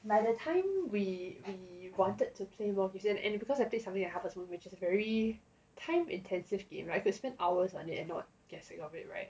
by the time we we wanted to play more and because I play something like harvest moon which is a very time intensive game I could spend hours on it and not get sick of it [right]